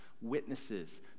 witnesses